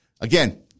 Again